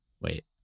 Wait